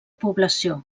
població